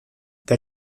der